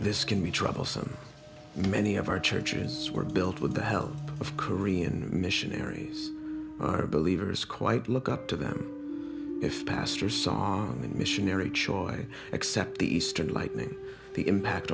this can be troublesome many of our churches were built with the help of korean missionaries are believers quite look up to them if pastors on missionary choy accept the eastern like the impact